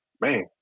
man